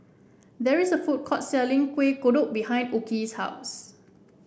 there is a food court selling Kueh Kodok behind Okey's house